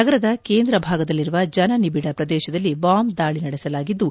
ನಗರದ ಕೇಂದ್ರ ಭಾಗದಲ್ಲಿರುವ ಜನನಿಬಿಡ ಪ್ರದೇಶದಲ್ಲಿ ಬಾಂಬ್ ದಾಳಿ ನಡೆಸಲಾಗಿದ್ದು